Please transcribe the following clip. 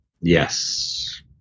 Yes